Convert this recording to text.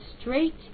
straight